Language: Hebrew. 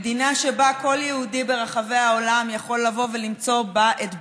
מדינה שבה כל יהודי ברחבי העולם יכול לבוא ולמצוא בה את ביתו.